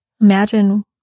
Imagine